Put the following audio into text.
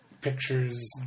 pictures